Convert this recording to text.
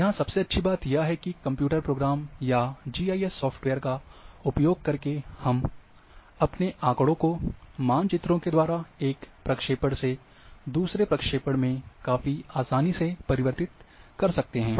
यहां सबसे अच्छी बात यह है कि कंप्यूटर प्रोग्राम या जीआईएस सॉफ्टवेयर का उपयोग करके हम अपने आँकड़ों को मानचित्रों के द्वारा एक प्रक्षेपण से दूसरे प्रक्षेपण में काफी आसानी परिवर्तित कर सकते हैं